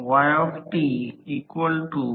तर तो म्हणजे ऊर्जा तोटा 5 0